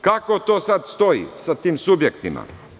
Kako to sad stoji sa tim subjektima?